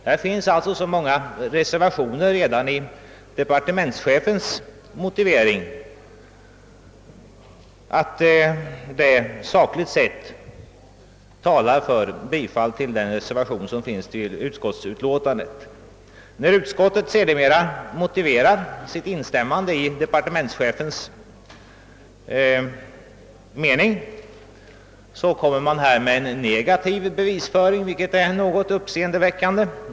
Här finns alltså så många reservationer redan i departementschefens motivering, att detta sakligt sett talar för bifall till den reservation som är fogad till utlåtandet. När utskottet sedan motiverar sitt instämmande i departementschefens förslag anför man en negativ bevisföring, vilket är något uppseendeväckande.